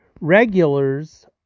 regulars